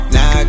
Now